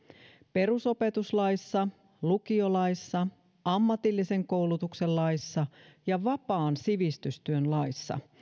perusopetuslaissa lukiolaissa ammatillisen koulutuksen laissa ja vapaan sivistystyön laissa